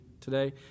today